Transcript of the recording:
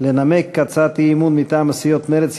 לנמק הצעת אי-אמון מטעם סיעות מרצ,